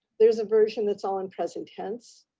there's a version that's all in present tense.